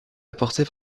apportée